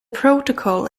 protocol